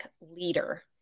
leader